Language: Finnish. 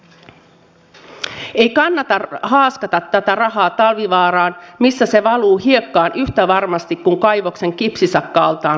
ei kannata haaskata tätä rahaa talvivaaraan missä se valuu hiekkaan yhtä varmasti kuin kaivoksen kipsisakka altaan likavedet